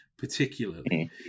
particularly